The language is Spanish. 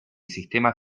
sistemas